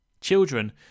Children